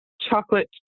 chocolate